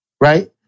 right